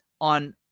on